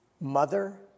Mother